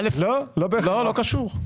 לא, לא קשור.